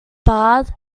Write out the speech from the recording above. barred